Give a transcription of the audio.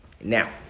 Now